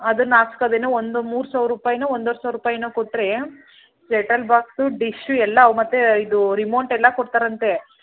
ಅದನ್ನು ಹಾಕ್ಸ್ಕದೇನೇ ಒಂದು ಮೂರು ಸಾವಿರ ರೂಪಾಯ್ನೋ ಒಂದೂವರೆ ಸಾವಿರ ರೂಪಾಯ್ನೋ ಕೊಟ್ಟರೆ ಸೆಟ್ ಅಲ್ ಬಾಕ್ಸು ಡಿಶ್ಶು ಎಲ್ಲವು ಮತ್ತು ಇದು ರಿಮೋಟ್ ಎಲ್ಲ ಕೊಡ್ತಾರಂತೆ